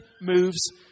moves